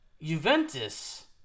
Juventus